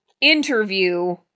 interview